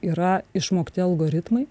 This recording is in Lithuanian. yra išmokti algoritmai